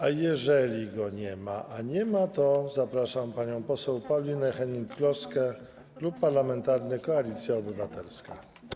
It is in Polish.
A jeżeli go nie ma, a nie ma, to zapraszam panią poseł Paulinę Hennig-Kloskę, Klub Parlamentarny Koalicja Obywatelska.